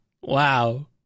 Wow